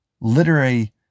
literary